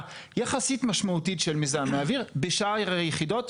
יחסית משמעותית של מזהמי אוויר בשאר היחידות,